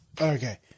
Okay